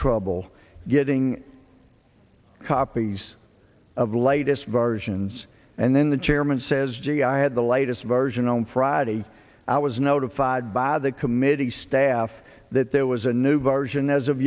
trouble getting copies of the latest versions and then the chairman says gee i had the latest version on friday i was notified by the committee staff that there was a new version as of